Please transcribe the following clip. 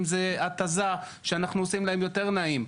אם זה התזה שאנחנו עושים להן יותר נעים,